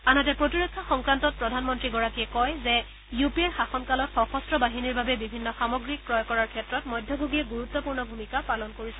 আনহাতে প্ৰতিৰক্ষা সংক্ৰান্তত প্ৰধানমন্ত্ৰীগৰাকীয়ে কয় যে ইউ পি এৰ শাসনকালত সশস্ত্ৰ বাহিনীৰ বাবে বিভিন্ন সামগ্ৰী ক্ৰয় কৰাৰ ক্ষেত্ৰত মধ্যভোগীয়ে গুৰুত্বপূৰ্ণ ভূমিকা পালন কৰিছিল